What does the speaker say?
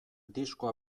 diskoa